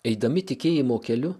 eidami tikėjimo keliu